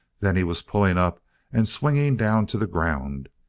then he was pulling up and swinging down to the ground.